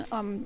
om